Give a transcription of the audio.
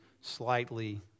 slightly